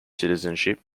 citizenship